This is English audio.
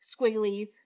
squigglies